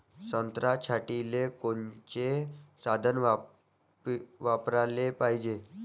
संत्रा छटाईले कोनचे साधन वापराले पाहिजे?